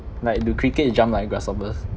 like do cricket jump like grasshoppers